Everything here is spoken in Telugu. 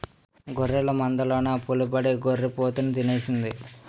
గొర్రెల మందలోన పులిబడి గొర్రి పోతుని తినేసింది